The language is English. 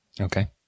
Okay